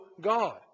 God